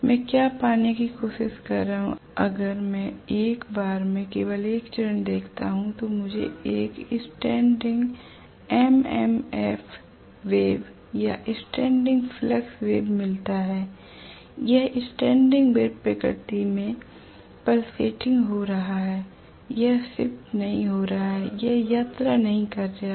मैं क्या पाने की कोशिश कर रहा हूं अगर मैं एक बार में केवल एक चरण देखता हूं तो मुझे एक स्टैंडिंग एमएमएफ तरंग या स्टैंडिंग फ़लक्स वेव मिलता है यह स्टैंडिंग वेव प्रकृति में स्पंदितहो रहा है यह शिफ्ट नहीं हो रहा है यह यात्रा नहीं कर रहा है